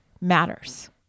matters